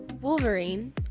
Wolverine